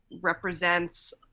represents